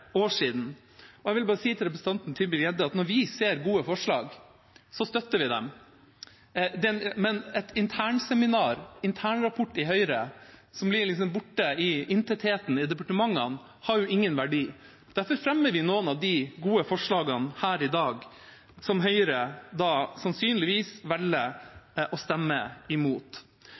år siden. Jeg vil bare si til representanten Tybring-Gjedde at når vi ser gode forslag, støtter vi dem, men et internseminar, en internrapport i Høyre som blir borte i intetheten i departementene, har ingen verdi. Derfor fremmer vi noen av de gode forslagene her i dag, som Høyre sannsynligvis velger å stemme imot.